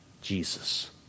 Jesus